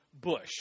bush